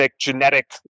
genetic